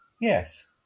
Yes